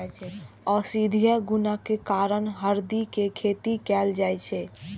औषधीय गुणक कारण हरदि के खेती कैल जाइ छै